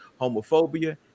homophobia